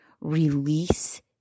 release